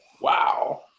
Wow